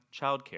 childcare